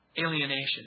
Alienation